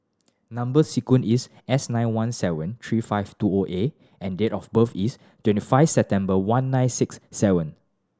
number sequence is S nine one seven three five two O A and date of birth is twenty five September one nine six seven